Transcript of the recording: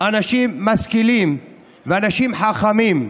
אנשים משכילים ואנשים חכמים,